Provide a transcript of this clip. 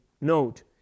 note